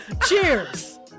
cheers